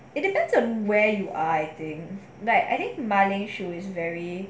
it depends on where you I think but I think 马铃薯 is very